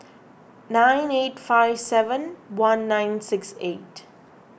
nine eight five seven one nine six eight